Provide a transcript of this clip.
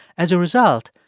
as a result,